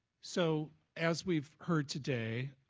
so as we've heard today,